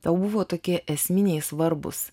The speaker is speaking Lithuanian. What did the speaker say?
tau buvo tokie esminiai svarbūs